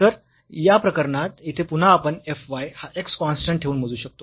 तर या प्रकरणात येथे पुन्हा आपण f y हा x कॉन्स्टंट ठेवून मोजू शकतो